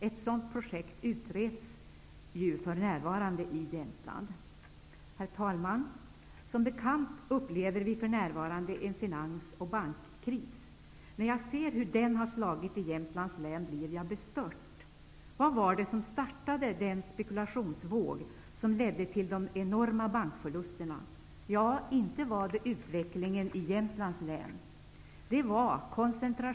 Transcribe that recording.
Ett sådant projekt utreds ju för närvarande i Jämtland. Herr talman! Som bekant upplever vi för närvarande en finans och bankkris. När jag ser hur krisen har slagit i Jämtlands län blir jag bestört. Vad var det som startade den spekulationsvåg som ledde till de enorma bankförlusterna? Ja, inte var det utvecklingen i Jämtlands län!